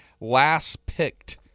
last-picked